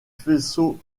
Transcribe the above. faisceau